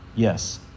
Yes